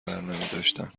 برنمیداشتن